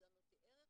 גזענות היא ערך,